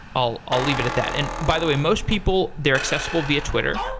i'll i'll leave it at that. and by the way, most people, they're accessible via twitter.